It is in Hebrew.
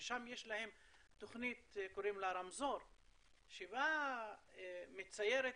ושם יש להם תוכנית שקוראים לה רמזור שהיא מציירת